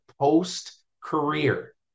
post-career